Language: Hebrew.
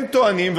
הם טוענים,